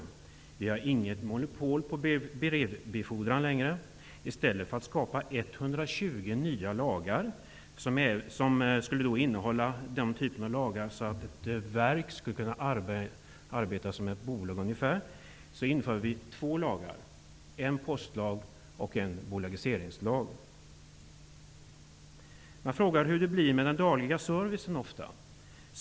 Det finns inte längre något monopol på brevbefordran. I stället för att skapa 120 nya lagar för att möjliggöra att ett verk skall kunna arbeta som ett bolag införs två lagar: en postlag och en bolagiseringslag. Man frågar ofta hur det blir med den dagliga servicen.